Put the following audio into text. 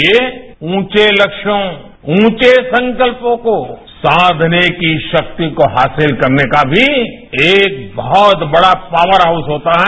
ये उचे लक्ष्यों उचे संकल्यों को साघने की शक्ति को हांसिल करने का भी एक बहुत बड़ा पावर हाउस होता है